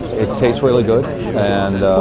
it tastes really good and.